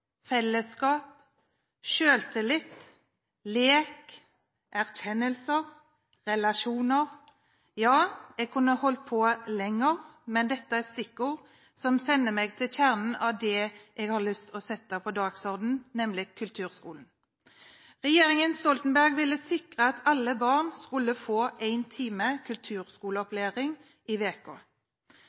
fellesskap, selvtillit, lek, erkjennelse og relasjoner – jeg kunne holdt på lenger, men dette er stikkord som sender meg til kjernen av det jeg har lyst å sette på dagsordenen, nemlig kulturskolen. Regjeringen Stoltenberg ville sikre at alle barn skulle få en time kulturskoleopplæring i